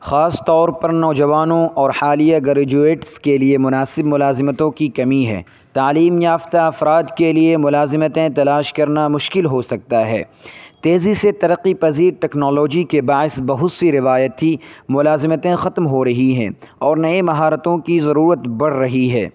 خاص طور پر نوجوانوں اور حالیہ گریجویٹس کے لیے مناسب ملازمتوں کی کمی ہے تعلیم یافتہ افراد کے لیے ملازمیتیں تلاش کرنا مشکل ہو سکتا ہے تیزی سے ترقی پذیر ٹیکنالوجی کے باعث بہت سی روایتی ملازمتیں ختم ہو رہی ہیں اور نئے مہارتوں کی ضرورت بڑھ رہی ہے